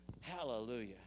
hallelujah